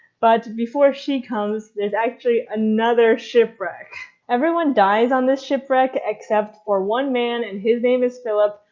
but before she comes there's actually another shipwreck. everyone dies on this shipwreck except for one man and his name is philip.